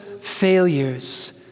failures